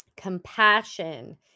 Compassion